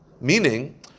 Meaning